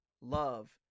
love